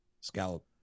Scallop